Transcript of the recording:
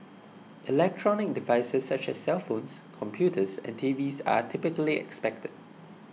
electronic devices such as cellphones computers and TVs are typically expected